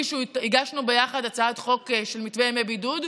הגשנו ביחד הצעת חוק של מתווה ימי בידוד,